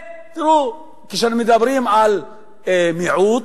כשאנחנו מדברים על מיעוט,